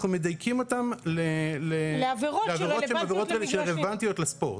אנחנו מדייקים אותן לעבירות שהן עבירות שרלוונטיות לספורט.